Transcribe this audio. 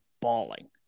bawling